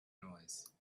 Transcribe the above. noise